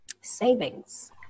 Savings